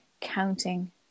counting